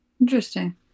Interesting